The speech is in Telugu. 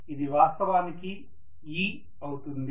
ఇది వాస్తవానికి e అవుతుంది